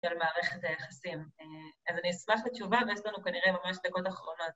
‫של מערכת היחסים. ‫אז אני אשמח לתשובה, ‫ויש לנו כנראה ממש דקות אחרונות.